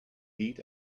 heat